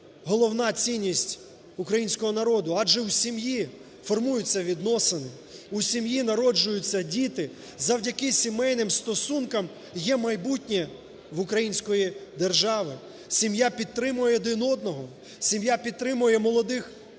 головна цінність українського народу, адже в сім'ї формуються відносини, у сім'ї народжуються діти, завдяки сімейним стосункам є майбутнє в української держави, сім'я підтримує один одного, сім'я підтримує молодих